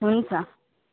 हुन्छ